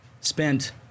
spent